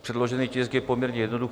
Předložený tisk je poměrně jednoduchý.